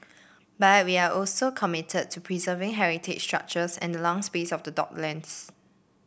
but are we also committed to preserving heritage structures and the lung space of the docklands